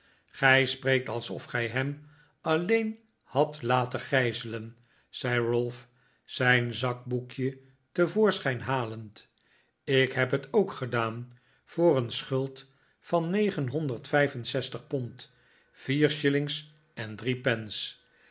gij spreekt alsof gij hem alleen hadt laten gijzelen zei ralph zijn zakboekje te voorschijn halend ik heb het ook gedaan voor een schuld van negenhonderd vijf en zestig pond vier shillings en drie pence